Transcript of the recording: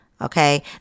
Okay